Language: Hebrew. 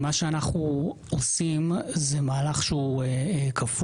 מה שאנחנו עושים זה מהלך כפול.